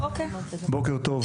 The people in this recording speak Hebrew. בוקר טוב,